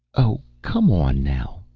oh, come on now.